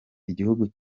igihugu